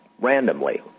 randomly